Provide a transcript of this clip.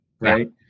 right